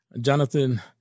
Jonathan